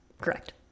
Correct